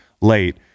late